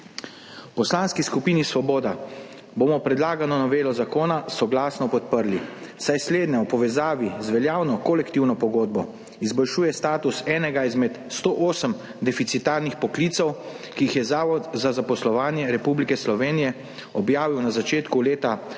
V Poslanski skupini Svoboda bomo predlagano novelo zakona soglasno podprli, saj slednja v povezavi z veljavno kolektivno pogodbo izboljšuje status enega izmed 108 deficitarnih poklicev, ki jih je Zavod za zaposlovanje Republike Slovenije objavil na začetku leta 2022in